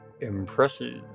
Impressive